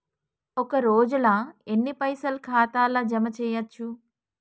ఒక రోజుల ఎన్ని పైసల్ ఖాతా ల జమ చేయచ్చు?